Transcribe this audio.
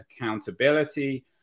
accountability